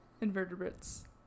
invertebrates